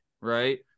right